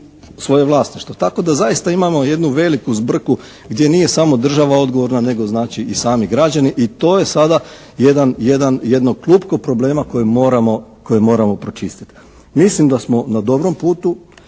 svoje vlasništvo. Tako da zaista imamo jednu veliku zbrku gdje nije samo država odgovorna nego znači i sami građani i to je sada jedno klupko problema koje moramo pročistiti. Mislim da smo na dobrom putu